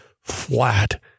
flat